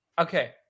Okay